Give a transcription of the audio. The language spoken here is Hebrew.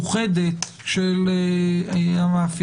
מיוחדת של המאפיינים,